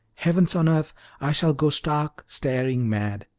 heavens on earth i shall go stark, staring mad!